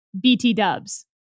BT-dubs